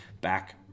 back